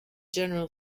general